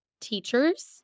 teachers